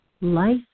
life